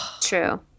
true